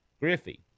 Griffey